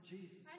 Jesus